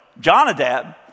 Jonadab